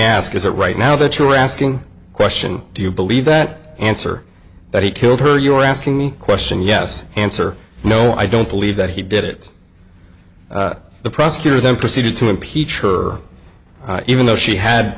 ask is it right now that you're asking the question do you believe that answer that he killed her you're asking me question yes answer no i don't believe that he did it the prosecutor then proceeded to impeach her even though she had